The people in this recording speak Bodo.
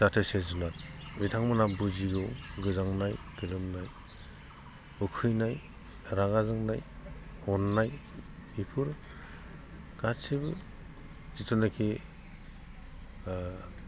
जाथोसे जुनार बिथांमोना बुजिगौ गोजांनाय गोलोमनाय उखैनाय रागा जोंनाय अननाय बेफोर गासैबो जितुनिकि